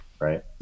right